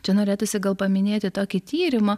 čia norėtųsi gal paminėti tokį tyrimą